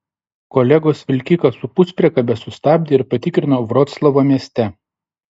kolegos vilkiką su puspriekabe sustabdė ir patikrino vroclavo mieste